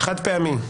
"חד פעמי".